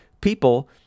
people